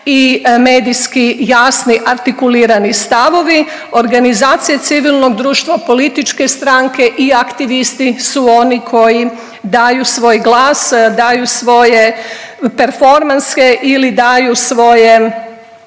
i medijski jasni artikulirani stavovi, organizacije civilnog društva, političke stranke i aktivisti su oni koji daju svoj glas, daju svoje performanse ili daju svoje